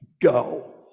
go